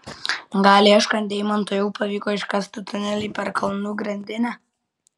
gal ieškant deimantų jau pavyko iškasti tunelį per kalnų grandinę